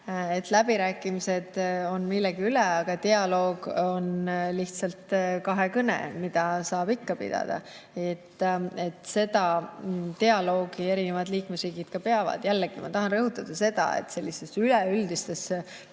et läbirääkimised on millegi üle, aga dialoog on lihtsalt kahekõne, mida saab ikka pidada. Dialoogi erinevad liikmesriigid ka peavad. Jällegi, ma tahan rõhutada seda, et selliste üleüldiste põhimõtete